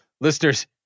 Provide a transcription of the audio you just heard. Listeners